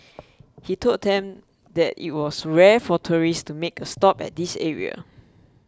he told them that it was rare for tourists to make a stop at this area